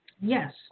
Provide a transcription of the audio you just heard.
Yes